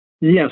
Yes